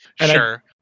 Sure